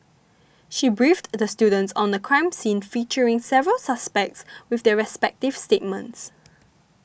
she briefed the students on a crime scene featuring several suspects with their respective statements